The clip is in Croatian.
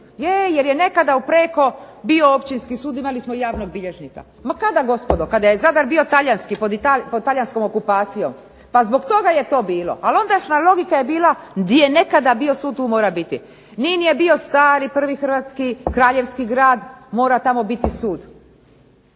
Jer je neka u Preko bio općinski sud, imali smo javnog bilježnika. Ma kada gospodo? Kada je Zadar bio talijanski, pod talijanskom okupacijom? Pa zbog toga je to bilo. Ali ondašnja logika je bila di je nekada bio sud tu mora biti. Nin je bio stari prvi hrvatski kraljevski grad, mora tamo biti sud.